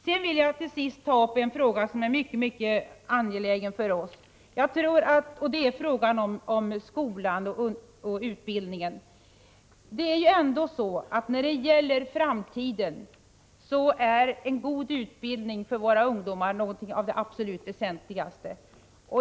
Till sist vill jag ta upp en fråga som är mycket angelägen för oss, nämligen frågan om skolan och utbildningen. När det gäller framtiden är en god utbildning för våra ungdomar något av det absolut väsentligaste.